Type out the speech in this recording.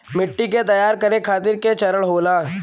मिट्टी के तैयार करें खातिर के चरण होला?